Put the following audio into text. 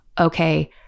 okay